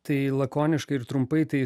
tai lakoniškai ir trumpai tai